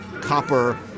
copper